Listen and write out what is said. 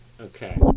Okay